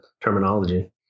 terminology